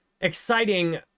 exciting